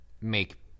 make